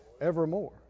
Evermore